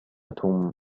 توم